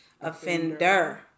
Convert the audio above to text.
offender